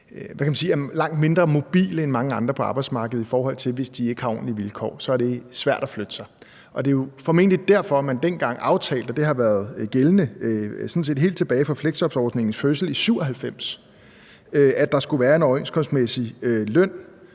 er langt mindre mobile end mange andre på arbejdsmarkedet, for hvis de ikke har ordentlige vilkår, er det svært at flytte sig. Det er jo formentlig derfor, at man dengang indgik aftalen. Det har været gældende sådan set helt tilbage fra fleksjobordningens fødsel i 1997, at der skulle være en overenskomstmæssig løn